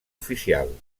oficial